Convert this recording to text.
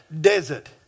desert